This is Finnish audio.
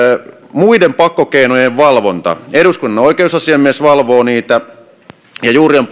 muiden pakkokeinojen valvonta eduskunnan oikeusasiamies valvoo niitä ja juuri on